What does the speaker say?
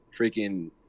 freaking